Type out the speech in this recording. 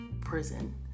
prison